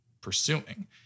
pursuing